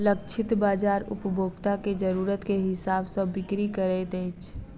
लक्षित बाजार उपभोक्ता के जरुरत के हिसाब सॅ बिक्री करैत अछि